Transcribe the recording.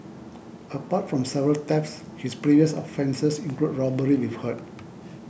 apart from several thefts his previous offences include robbery with hurt